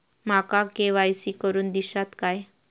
माका के.वाय.सी करून दिश्यात काय?